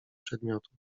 przedmiotów